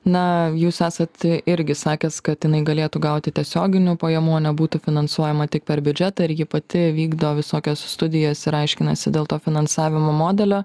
na jūs esat irgi sakęs kad jinai galėtų gauti tiesioginių pajamų o nebūtų finansuojama tik per biudžetą ir ji pati vykdo visokias studijas ir aiškinasi dėl to finansavimo modelio